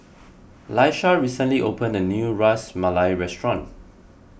Laisha recently open a new Ras Malai restaurant